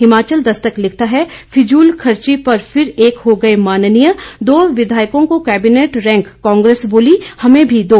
हिमाचल दस्तक लिखता है फिजूलखर्ची पर फिर एक हो गए माननीय दो विधायकों को केबिनेट रैंक कांग्रेस बोली हमें भी दो